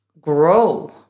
grow